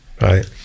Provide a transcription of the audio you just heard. Right